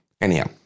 Anyhow